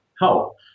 help